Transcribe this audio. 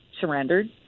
surrendered